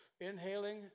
inhaling